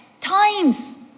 times